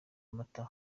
amata